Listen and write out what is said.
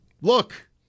look